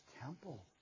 temple